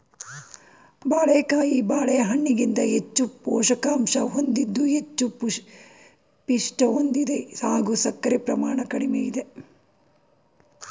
ಬಾಳೆಕಾಯಿ ಬಾಳೆಹಣ್ಣಿಗಿಂತ ಹೆಚ್ಚು ಪೋಷಕಾಂಶ ಹೊಂದಿದ್ದು ಹೆಚ್ಚು ಪಿಷ್ಟ ಹೊಂದಿದೆ ಹಾಗೂ ಸಕ್ಕರೆ ಪ್ರಮಾಣ ಕಡಿಮೆ ಇದೆ